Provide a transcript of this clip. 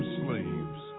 slaves